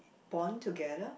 bond together